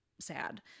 sad